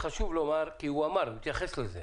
חשוב לומר, כי הוא התייחס לזה,